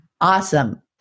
Awesome